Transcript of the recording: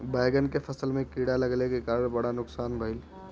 बैंगन के फसल में कीड़ा लगले के कारण बड़ा नुकसान भइल